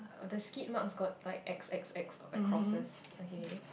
uh the skid mark got like X X X like crosses okay